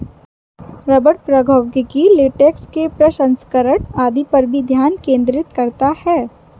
रबड़ प्रौद्योगिकी लेटेक्स के प्रसंस्करण आदि पर भी ध्यान केंद्रित करता है